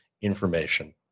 information